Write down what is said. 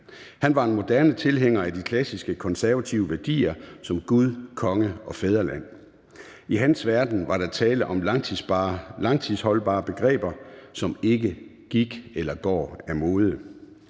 Han var en moderne tilhænger af de klassiske konservative værdier som Gud, konge og fædreland. I hans verden var der tale om langtidsholdbare begreber, som ikke går af mode.